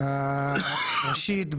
ראשית,